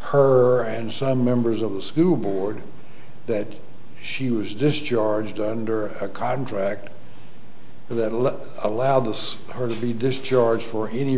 her and some members of the school board that she was discharged under a contract that allowed this or the discharge for any